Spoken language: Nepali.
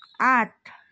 आठ